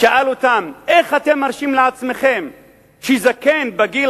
ושאל אותם: איך אתם מרשים לעצמכם שזקן בגיל